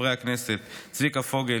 חברי הכנסת צביקה פוגל,